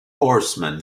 horsemen